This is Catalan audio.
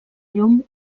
llum